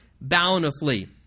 bountifully